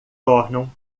tornam